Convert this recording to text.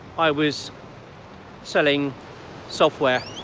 i was selling software